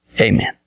amen